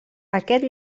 aquest